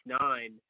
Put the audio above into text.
nine